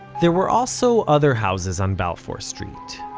there were also other houses on balfour street,